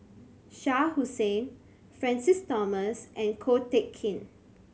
Shah Hussain Francis Thomas and Ko Teck Kin